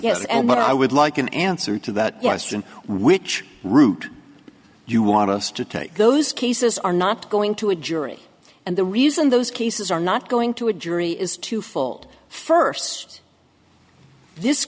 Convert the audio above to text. yes and what i would like an answer to that question which route you want us to take those cases are not going to a jury and the reason those cases are not going to a jury is twofold first this